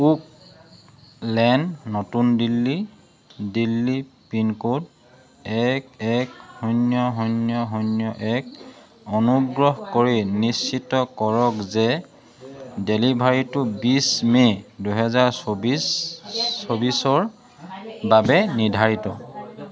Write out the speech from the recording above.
ওক lane নতুন Delhi Delhi pincode এক এক শূন্য শূন্য শূন্য এক অনুগ্ৰহ কৰি নিশ্চিত কৰক যে ডেলিভাৰীটো বিছ মে' দুহেজাৰ চৌবিছ চৌবিছৰ বাবে নিৰ্ধাৰিত